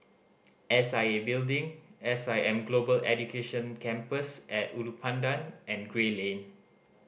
S I A Building S I M Global Education Campus At Ulu Pandan and Gray Lane